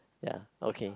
ya okay